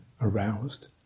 aroused